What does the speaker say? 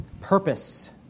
purpose